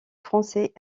français